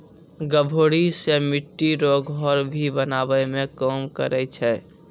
गभोरी से मिट्टी रो घर भी बनाबै मे काम करै छै